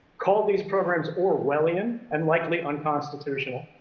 called these programs orwellian and likely unconstitutional.